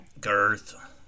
Girth